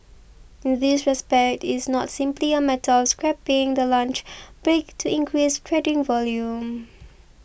in this respect it's not simply a matter of scrapping the lunch break to increase trading volume